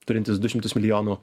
turintis du šimtus milijonų